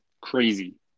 Crazy